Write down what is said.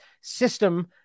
system